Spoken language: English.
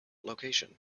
location